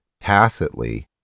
tacitly